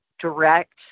direct